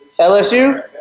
LSU